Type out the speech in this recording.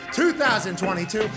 2022